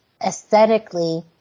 aesthetically